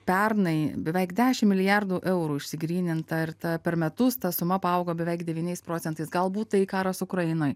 pernai beveik dešim milijardų eurų išsigryninta ir ta per metus ta suma paaugo beveik devyniais procentais galbūt tai karas ukrainoj